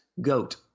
goat